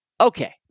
Okay